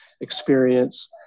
experience